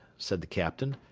said the captain.